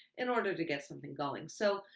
in order to get something going. so,